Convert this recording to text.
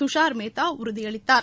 துஷார் மேத்தா உறுதியளித்தார்